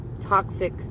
toxic